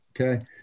okay